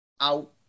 out